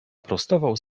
prostował